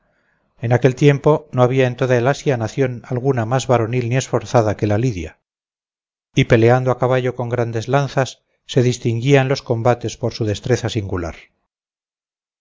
en aquel tiempo no había en toda el asia nación alguna más varonil ni esforzada que la lidia y peleando a caballo con grandes lanzas se distinguía en los combates por su destreza singular